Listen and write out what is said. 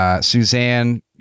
Suzanne